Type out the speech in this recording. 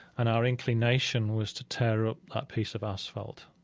and our inclination was to tear up that piece of asphalt.